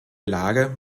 lage